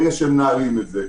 אלה שמנהלים את זה,